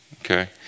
Okay